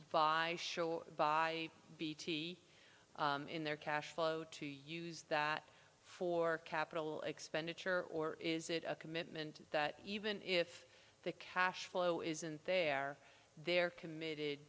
by show by bt in their cash flow to use that for capital expenditure or is it a commitment that even if the cash flow isn't there they're committed